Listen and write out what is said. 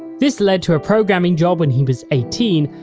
this led to a programming job when he was eighteen,